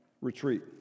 retreat